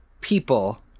people